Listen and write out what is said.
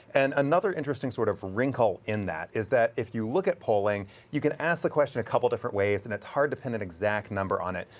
and another interesting sort of wrinkle in that is that if you look at polling, you can ask the question a couple different ways, and it's hard to pin an exact number on it.